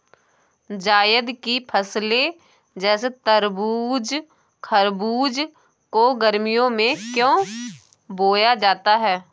जायद की फसले जैसे तरबूज़ खरबूज को गर्मियों में क्यो बोया जाता है?